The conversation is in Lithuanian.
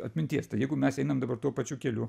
atminties tai jeigu mes einam dabar tuo pačiu keliu